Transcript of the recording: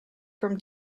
from